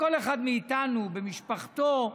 לכל אחד מאיתנו במשפחתו,